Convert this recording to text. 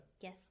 Yes